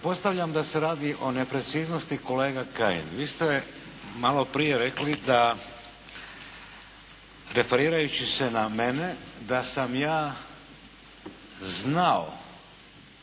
Pretpostavljam da se radi o nepreciznosti kolega Kajin. Vi ste malo prije rekli da referirajući se na mene, da sam ja znao